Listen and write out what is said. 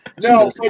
No